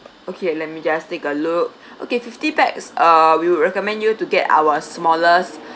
okay let me just take a look okay fifty pax uh we will recommend you to get our smallest